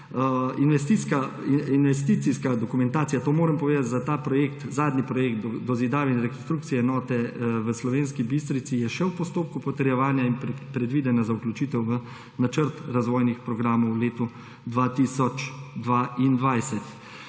Investicijska dokumentacija, to moram povedati, za ta zadnji projekt dozidave in rekonstrukcije enote v Slovenski Bistrici je še v postopku potrjevanja in predvidena zaključitev v načrt razvojnih programov v letu 2022.